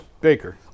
baker